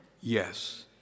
yes